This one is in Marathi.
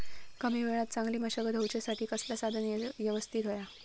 कमी वेळात चांगली मशागत होऊच्यासाठी कसला साधन यवस्तित होया?